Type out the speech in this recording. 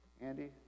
Andy